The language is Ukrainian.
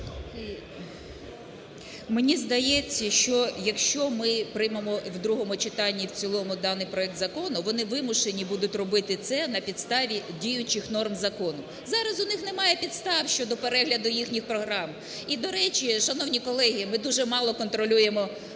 Мені здається, що якщо ми приймемо і в другому читанні, і в цілому даний проект закону, вони вимушені будуть робити це на підставі діючих норм закону. Зараз у них немає підстав щодо перегляду їхніх програм. І, до речі, шановні колеги, ми дуже мало контролюємо